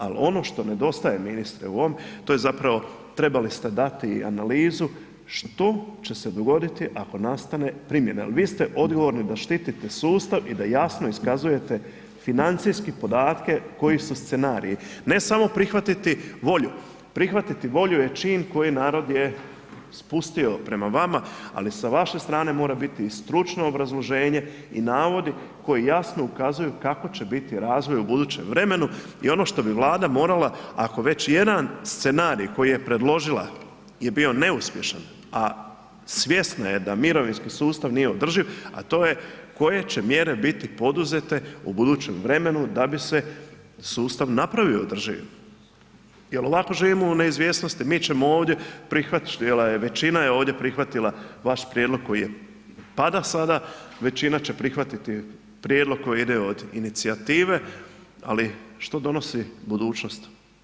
Al ono što nedostaje ministre u ovom, to je zapravo trebali ste dati analizu što će se dogoditi ako nastane primjena jel vi ste odgovorni da štitite sustav i da jasno iskazujete financijski podatke koji su scenariji, ne samo prihvatiti volju, prihvatiti volju je čin koji narod je spustio prema vama, ali sa vaše strane mora biti i stručno obrazloženje i navodi koji jasno ukazuju kako će biti razvoj u budućem vremenu i ono što bi Vlada morala, ako već jedan scenarij koji je predložila je bio neuspješan, a svjesna je da mirovinski sustav nije održiv, a to je koje će mjere biti poduzete u budućem vremenu da bi se sustav napravio održivim jel ovako živimo u neizvjesnosti, mi ćemo ovdje, prihvatila je, većina je ovdje prihvatila vaš prijedlog koji je, pada sada, većina će prihvatiti prijedlog koji ide od inicijative, ali što donosi budućnost?